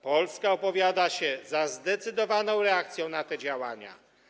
Polska opowiada się za zdecydowaną reakcją na te działania.